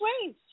ways